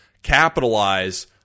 capitalize